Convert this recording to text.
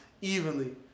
evenly